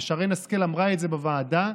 ושרן השכל אמרה את זה בוועדה,